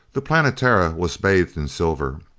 the planetara was bathed in silver.